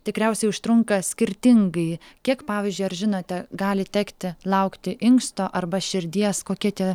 tikriausiai užtrunka skirtingai kiek pavyzdžiui ar žinote gali tekti laukti inksto arba širdies kokie tie